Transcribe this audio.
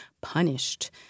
punished